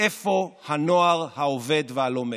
ואיפה הנוער העובד והלומד?